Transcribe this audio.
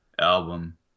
album